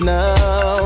now